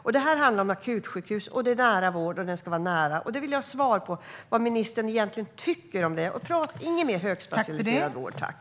Nu handlar det om akutsjukhus och om den nära vården. Jag vill ha svar på vad ministern egentligen tycker om detta. Inget mer om högspecialiserad vård, tack!